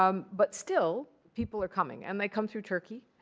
um but still, people are coming. and they come through turkey.